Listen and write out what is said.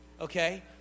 okay